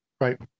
Right